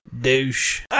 douche